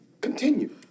continue